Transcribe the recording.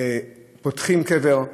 פותחים קבר,